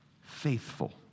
faithful